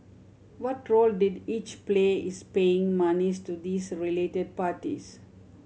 what role did each play is paying monies to these related parties